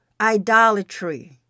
idolatry